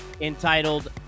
entitled